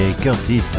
Curtis